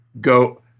go